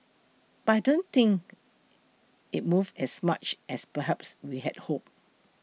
but I don't think it's moved as much as perhaps we had hoped